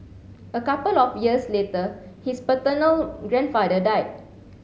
a couple of years later his paternal grandfather died